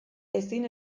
ezin